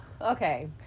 Okay